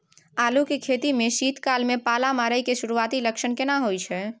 आलू के खेती में शीत काल में पाला मारै के सुरूआती लक्षण केना होय छै?